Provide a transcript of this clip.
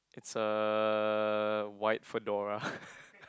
it's a white fedora